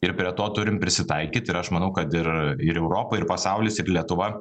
ir prie to turim prisitaikyt ir aš manau kad ir ir europa ir pasaulis ir lietuva